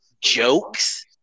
jokes